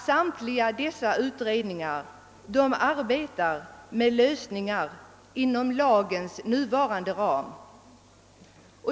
Samtliga dessa utredningar arbetar med lösningar inom lagens nuvarande ram.